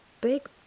big